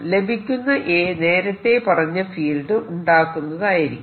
ലഭിക്കുന്ന A നേരത്തെ പറഞ്ഞ ഫീൽഡ് ഉണ്ടാക്കുന്നതായിരിക്കണം